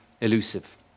elusive